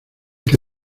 que